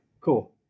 Cool